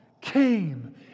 came